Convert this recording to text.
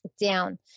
down